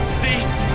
cease